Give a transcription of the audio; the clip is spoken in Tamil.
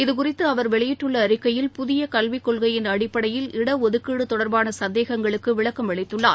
இது குறித்து அவர் வெளியிட்டுள்ள அறிக்கையில் புதிய கல்விக் கொள்கையின் அடிப்படையில் இட ஒதுக்கீடு தொடர்பாக சந்தேகங்களுக்கு அவர் விளக்கம் அளித்துள்ளார்